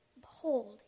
behold